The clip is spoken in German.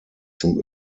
zum